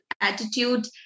attitude